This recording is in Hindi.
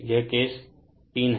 यह केस 3 हैं